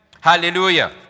Hallelujah